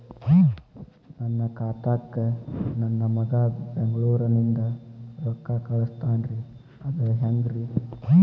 ನನ್ನ ಖಾತಾಕ್ಕ ನನ್ನ ಮಗಾ ಬೆಂಗಳೂರನಿಂದ ರೊಕ್ಕ ಕಳಸ್ತಾನ್ರಿ ಅದ ಹೆಂಗ್ರಿ?